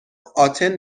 آتن